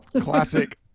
Classic